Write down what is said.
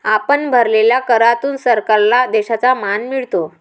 आपण भरलेल्या करातून सरकारला देशाचा मान मिळतो